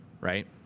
right